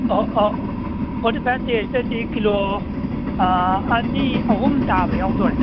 forty ꯐꯥꯏꯕ ꯗꯦꯁꯇꯗꯤ kilo ꯑꯅꯤ ꯑꯍꯨꯝ ꯇꯥꯕ ꯌꯥꯎꯗꯣꯔꯦ